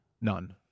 None